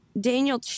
daniel